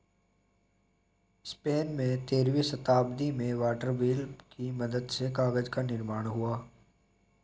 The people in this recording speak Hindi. स्पेन में तेरहवीं शताब्दी में वाटर व्हील की मदद से कागज निर्माण हुआ